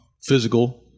physical